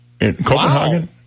Copenhagen